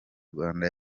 rwanda